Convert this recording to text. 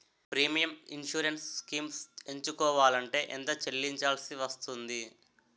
Premium insurance schemes ఎంచుకోవలంటే ఎంత చల్లించాల్సివస్తుంది??